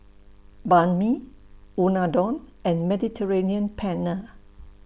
Banh MI Unadon and Mediterranean Penne